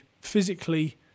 physically